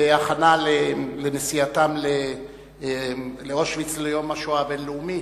בהכנה לנסיעתם לאושוויץ, ליום השואה הבין-לאומי,